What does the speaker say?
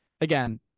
Again